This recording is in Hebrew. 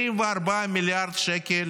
24 מיליארד שקל